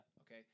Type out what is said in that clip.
Okay